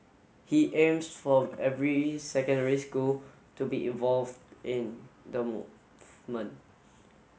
he aims for every secondary school to be involved in the movement